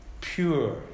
pure